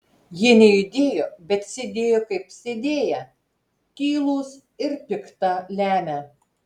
jie nejudėjo bet sėdėjo kaip sėdėję tylūs ir pikta lemią